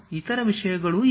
ಇತರ ವಿಷಯಗಳೂ ಇವೆ